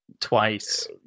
twice